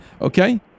okay